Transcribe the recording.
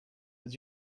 het